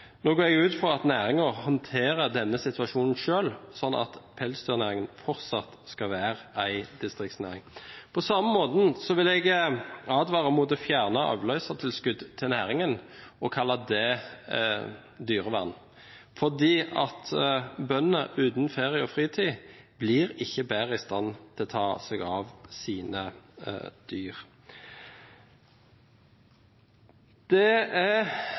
Nå går jeg ut fra at næringen håndterer denne situasjonen selv, sånn at pelsdyrnæringen fortsatt skal være en distriktsnæring. På samme måte vil jeg advare mot å fjerne avløsertilskudd til næringen og kalle det dyrevern, for bønder uten ferie og fritid blir ikke bedre i stand til å ta seg av sine dyr. Det er